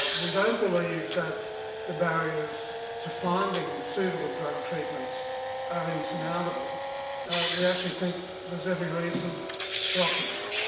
we don't believe that the barriers to finding the suitable drug treatments are insurmountable we actually think there's every reason for optimism.